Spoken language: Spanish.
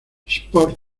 sport